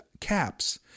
caps